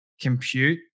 compute